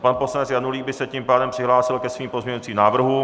Pan poslanec Janulík by se tím pádem přihlásil ke svým pozměňujícím návrhům.